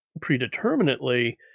predeterminately